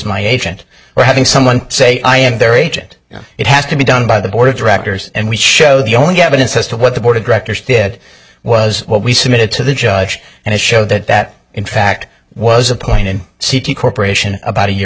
my agent or having someone say i am their agent you know it has to be done by the board of directors and we show the only evidence as to what the board of directors did was what we submitted to the judge and it showed that that in fact was a point in c t corp about a year